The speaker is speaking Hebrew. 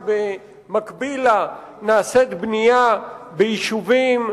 לא הקפאה שבמקביל לה נעשית בנייה ביישובים,